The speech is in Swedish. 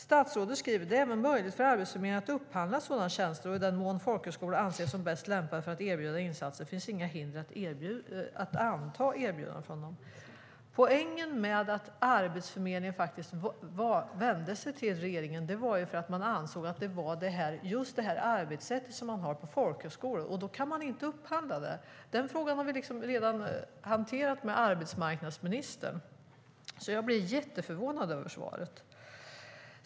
Statsrådet skriver: "Det är även möjligt för Arbetsförmedlingen att upphandla sådana tjänster, och i den mån folkhögskolor anses som bäst lämpade för att erbjuda insatserna finns inget hinder att anta erbjudanden från dem." Poängen med att Arbetsförmedlingen vände sig till regeringen var att man ansåg att just det arbetssätt som man har på folkhögskolor var bra, men då kan man inte upphandla sådana tjänster. Den frågan har vi redan diskuterat med arbetsmarknadsministern, så jag blir jätteförvånad över svaret.